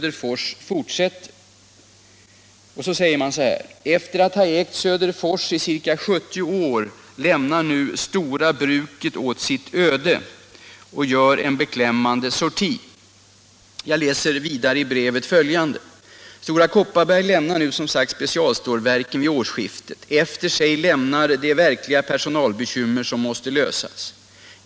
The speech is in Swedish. —-—-- Efter att ha ägt Söderfors i ca 70 år lämnar nu STORA bruket åt sitt öde efter en beklämmande sorti. —-- STORA Kopparberg lämnar nu Specialstålverken vid årsskiftet, efter sig lämnar de verkliga personalbekymmer som måste lösas.